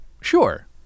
sure